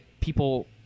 people